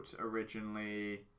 originally